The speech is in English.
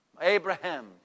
Abraham